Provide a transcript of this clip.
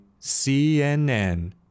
CNN